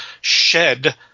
shed –